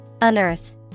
Unearth